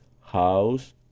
house